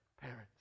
parents